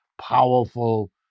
powerful